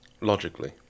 Logically